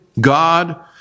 God